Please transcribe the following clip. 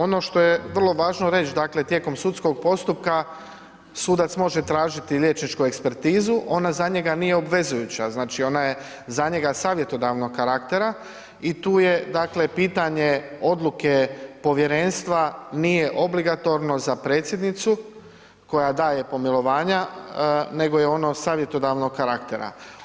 Ono što je vrlo važno reći, tijekom sudskog postupka sudac može tražiti liječničku ekspertizu, ona za njega nije obvezujuća, ona je za njega savjetodavnog karaktera i tu je pitanje odluke povjerenstva, nije obligatorno za predsjednicu koja daje pomilovanja nego je ono savjetodavnog karaktera.